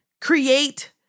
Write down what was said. create